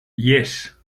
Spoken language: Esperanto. jes